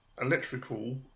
electrical